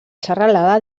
serralada